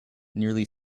nearly